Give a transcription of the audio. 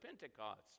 pentecost